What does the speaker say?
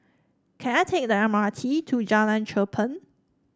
can I take the M R T to Jalan Cherpen